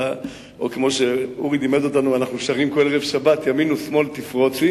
או כמו שאורי לימד אותנו ואנחנו שרים כל ערב שבת: ימין ושמאל תפרוצי